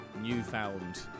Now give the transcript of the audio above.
newfound